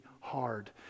hard